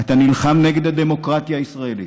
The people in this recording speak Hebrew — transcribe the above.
אתה נלחם נגד הדמוקרטיה הישראלית.